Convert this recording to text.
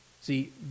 see